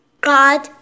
God